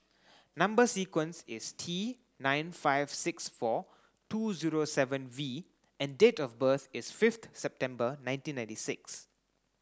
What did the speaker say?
number sequence is T nine five six four two zero seven V and date of birth is fifth September nineteen ninety six